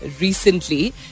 recently